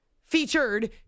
featured